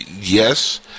yes